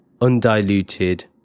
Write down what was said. undiluted